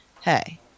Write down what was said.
hey